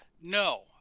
no